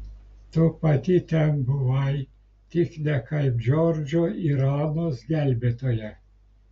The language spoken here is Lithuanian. tu pati ten buvai tik ne kaip džordžo ir anos gelbėtoja